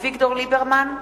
אביגדור ליברמן,